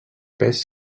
pes